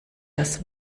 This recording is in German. das